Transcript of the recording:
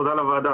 תודה לוועדה,